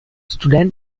student